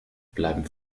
bleiben